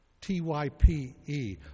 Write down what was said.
T-Y-P-E